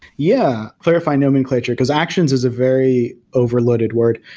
yeah. clarify nomenclature, because actions is a very overloaded word.